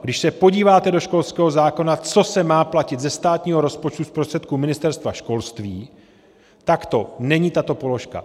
Když se podíváte do školského zákona, co se má platit ze státního rozpočtu, z prostředků Ministerstva školství, tak to není tato položka.